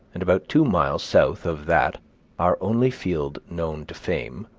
and about two miles south of that our only field known to fame,